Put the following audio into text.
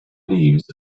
leaves